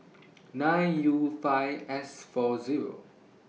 nine U five S four Zero